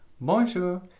Bonjour